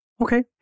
Okay